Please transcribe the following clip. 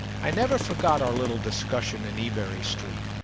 i never forgot our little discussion in ebury street,